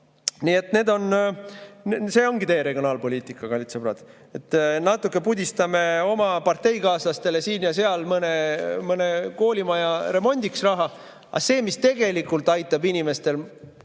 et nad saavad. See ongi teie regionaalpoliitika, kallid sõbrad, et natuke pudistame oma parteikaaslastele siin ja seal mõne koolimaja remondiks raha, aga seda, mis tegelikult aitaks inimestel